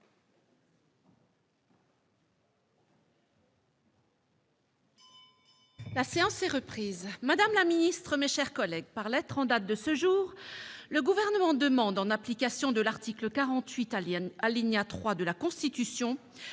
La séance est reprise. Madame la ministre, mes chers collègues, par lettre en date de ce jour, le Gouvernement demande, en application de l'article 48, alinéa 3, de la Constitution,